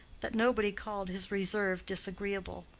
that nobody called his reserve disagreeable.